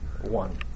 One